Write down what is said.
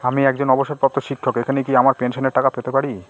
আমি একজন অবসরপ্রাপ্ত শিক্ষক এখানে কি আমার পেনশনের টাকা পেতে পারি?